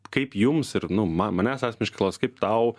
kaip jums ir nu ma manęs asmeniškai klausia kaip tau